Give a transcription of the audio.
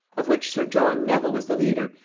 of which sir john nevil was the leader,